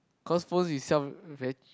cause phone itself very